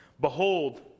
behold